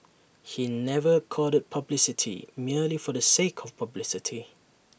he never courted publicity merely for the sake of publicity